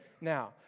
Now